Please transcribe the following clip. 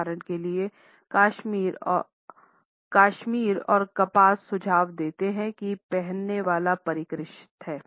उदाहरण के लिए काश्मीर और कपास सुझाव देते हैं कि पहनने वाला परिष्कृत है